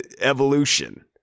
evolution